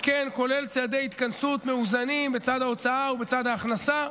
וכן כולל צעדי התכנסות מאוזנים בצד ההוצאה ובצד ההכנסה,